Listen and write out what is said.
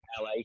LA